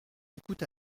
écoute